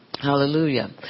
hallelujah